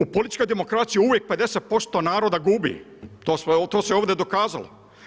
U političkoj demokraciji uvijek 50% naroda gubi, to se ovdje dokazalo.